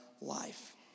life